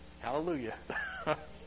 Hallelujah